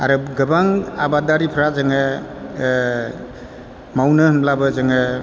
आरो गोबां आबादारिफ्रा जोङो ओ मावनो होनब्लाबो जोङो